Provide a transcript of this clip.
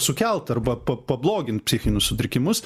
sukelt arba pa pablogint psichinius sutrikimus